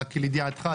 רק לידיעתך,